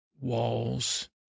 walls